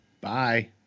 Bye